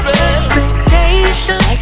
expectations